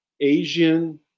Asian